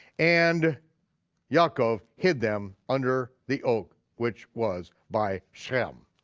and yaakov hid them under the oak which was by sichem.